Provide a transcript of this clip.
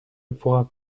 pourra